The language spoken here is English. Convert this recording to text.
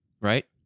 Right